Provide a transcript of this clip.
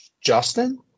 Justin